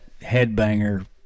headbanger